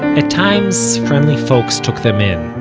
at times, friendly folks took them in,